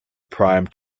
prime